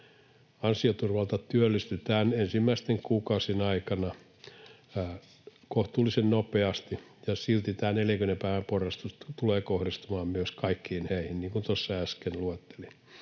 Ansioturvalta työllistytään ensimmäisten kuukausien aikana kohtuullisen nopeasti, ja silti tämä 40 päivän porrastus tulee kohdistumaan myös kaikkiin heihin, niin kuin tuossa äsken luettelin.